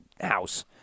house